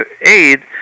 aid